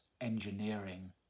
engineering